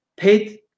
paid